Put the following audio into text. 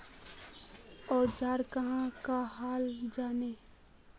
औजार कहाँ का हाल जांचें?